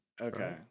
Okay